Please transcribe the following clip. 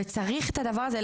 וצריך את הדבר הזה.